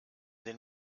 den